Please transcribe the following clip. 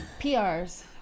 PRs